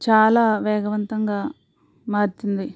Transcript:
చాలా వేగవంతంగా మారుతుంది